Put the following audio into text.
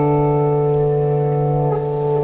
so